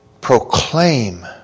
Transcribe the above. proclaim